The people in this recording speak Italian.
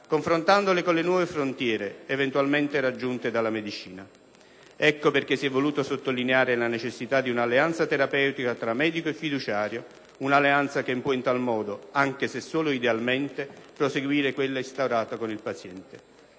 confrontandole con le nuove frontiere eventualmente raggiunte dalla medicina. Ecco perché si è voluto sottolineare la necessità di un'alleanza terapeutica tra medico e fiduciario, un'alleanza che può in tal modo, anche se solo idealmente, proseguire quella instaurata con il paziente.